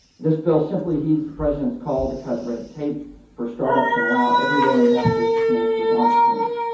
this bill simply heeds the president's call to cut red tape for startups and allow everyday investors to connect with entrepreneurs.